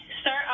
start